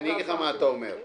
אגיד לך מה אתה אומר.